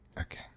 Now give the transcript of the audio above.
Okay